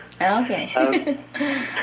Okay